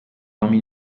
parmi